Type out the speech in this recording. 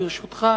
ברשותך,